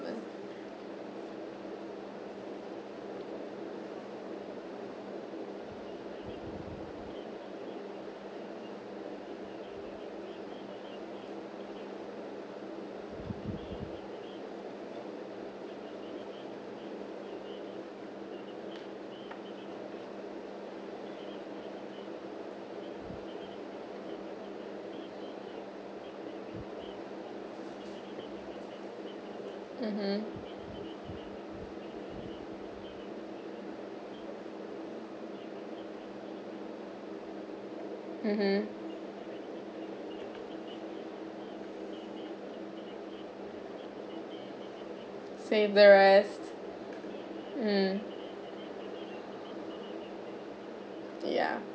mmhmm mmhmm save the rest mm yeah